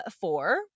four